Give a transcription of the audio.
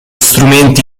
strumenti